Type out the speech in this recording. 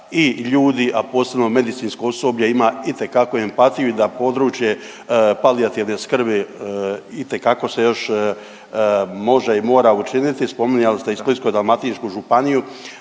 i ljudi, a posebno medicinsko osoblje ima itekako empatiju i da područje palijativne skrbi itekako se još može i mora učiniti. Spominjali ste i Splitsko-dalmatinsku županiju,